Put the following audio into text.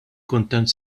kuntent